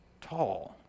tall